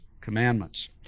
commandments